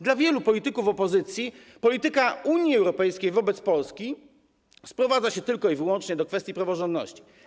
Dla wielu polityków opozycji polityka Unii Europejskiej wobec Polski sprowadza się tylko i wyłącznie do kwestii praworządności.